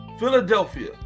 Philadelphia